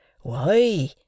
Why